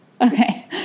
Okay